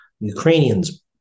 Ukrainians